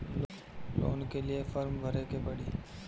Loan के लिए form भरे के पड़ी?